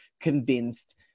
convinced